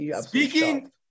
Speaking